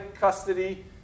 custody